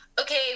okay